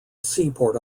seaport